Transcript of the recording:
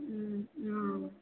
ம்